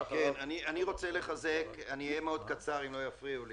אני אהיה מאוד קצר אם לא יפריעו לי.